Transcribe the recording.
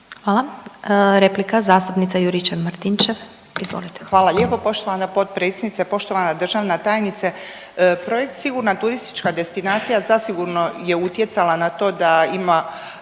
Hvala. Replika zastupnica Juričev-Martinčev. **Juričev-Martinčev, Branka (HDZ)** Hvala lijepo poštovana potpredsjednice. Poštovana državna tajnice, projekt „Sigurna turistička destinacija“ zasigurno je utjecala na to da ima,